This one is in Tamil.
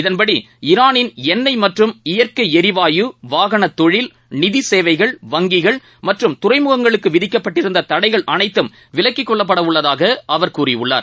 இதன்படி ஈரானின் எண்ணெய் மற்றும் இயற்கை ளிவாயு வாகன தொழில் நிதி சேவைகள் வங்கிகள் மற்றும் துறைமுகங்களுக்கு விதிக்கப்பட்டிருந்த தடைகள் அனைத்தும் விலக்கிக் கொள்ளப்படவுள்ளதாக அவர் கூறியுள்ளார்